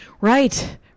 Right